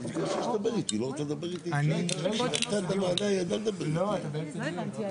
אין וועדה משותפת.